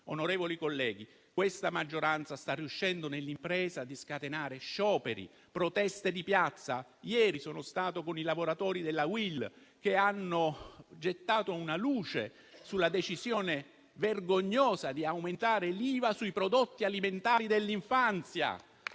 Onorevoli colleghi, questa maggioranza sta riuscendo nell'impresa di scatenare scioperi e proteste di piazza. Ieri sono stato con i lavoratori della UIL che hanno gettato una luce sulla decisione vergognosa di aumentare l'IVA sui prodotti alimentari per l'infanzia.